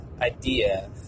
idea